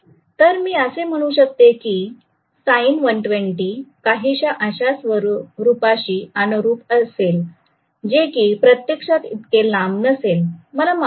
तर मी असे म्हणू शकतो की sin120 काहीसा अशा रूपाशी अनुरूप असेल जे की प्रत्यक्षात इतके लांब नसेल मला माफ करा